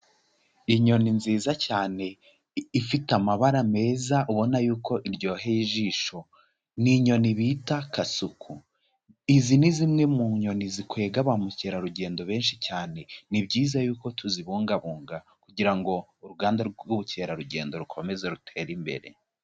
Inyoni nziza cyane ifite amabara meza ubona yuko iryoheye ijisho, ni inyoni bita kasuku, izi ni zimwe mu nyoni zikwega ba mukerarugendo benshi cyane, ni byiza yuko tuzibungabunga kugira ngo uruganda rw'ubukerarugendo rukomeze rutere imbere.